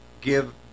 give